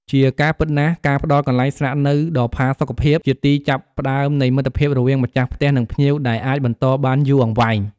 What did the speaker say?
ជាការពិតណាស់ ការផ្តល់កន្លែងស្នាក់នៅដ៏ផាសុកភាព ជាទីចាប់ផ្តើមនៃមិត្តភាពរវាងម្ចាស់ផ្ទះ និងភ្ញៀវ ដែលអាចបន្តបានយូរអង្វែង។